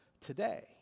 today